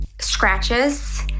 scratches